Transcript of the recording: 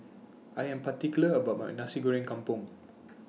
I Am particular about My Nasi Goreng Kampung